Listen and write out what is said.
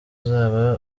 uzaba